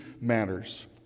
matters